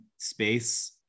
space